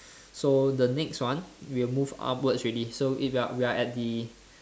so the next one we will move upwards already so we are we are at the